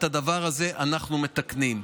את הדבר הזה אנחנו מתקנים.